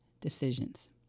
decisions